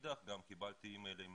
מאידך גם קיבלתי אי-מיילים